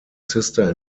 sister